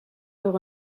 door